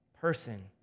person